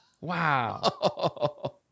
Wow